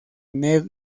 ned